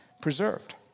preserved